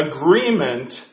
agreement